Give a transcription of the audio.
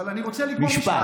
אבל אני רוצה לגמור משפט,